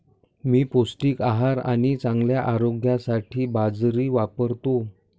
मी पौष्टिक आहार आणि चांगल्या आरोग्यासाठी बाजरी वापरतो